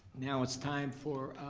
now it's time for